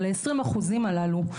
אבל ה-20% הללו,